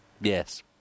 Yes